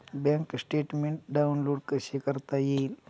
Bank statement download कसे करता येईल?